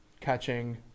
catching